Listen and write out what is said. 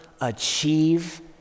achieve